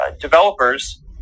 developers